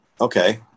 Okay